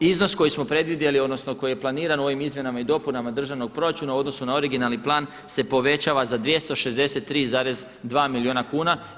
Iznos koji smo predvidjeli, odnosno koji je planiran u ovim izmjenama i dopunama državnog proračuna u odnosu na originalni plan se povećava za 263,2 milijuna kuna.